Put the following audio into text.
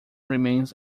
remains